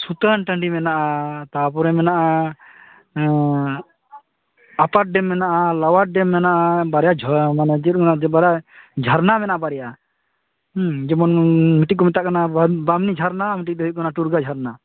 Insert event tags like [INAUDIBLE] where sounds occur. ᱥᱩᱛᱟᱹᱱ ᱴᱟᱹᱰᱤ ᱢᱮᱱᱟᱜᱼᱟ ᱛᱟᱯᱚᱨᱮ ᱢᱮᱱᱟᱜᱼᱟ ᱟᱯᱟᱨ ᱰᱮᱹᱢ ᱢᱮᱱᱟᱜᱼᱟ ᱞᱳᱣᱟᱭ ᱰᱮᱹᱢ ᱢᱮᱱᱟᱜᱼᱟ ᱵᱟᱨᱭᱟ [UNINTELLIGIBLE] ᱪᱮᱫ ᱠᱚᱢᱮᱱᱟ ᱵᱟᱨᱭᱟ ᱡᱷᱟᱨᱱᱟ ᱢᱮᱱᱟᱜᱼᱟ ᱵᱟᱨᱭᱟ ᱡᱮᱢᱚᱱ ᱢᱤᱫᱴᱤᱡ ᱠᱚ ᱢᱮᱛᱟᱜ ᱠᱟᱱᱟ ᱵᱟᱢᱱᱤ ᱡᱷᱟᱨᱱᱟ ᱟᱨ ᱢᱤᱫᱴᱤᱡ ᱫᱤ ᱦᱩᱭᱩᱜ ᱠᱟᱱᱟ ᱴᱩᱲᱜᱟᱹ ᱡᱷᱟᱨᱱᱟ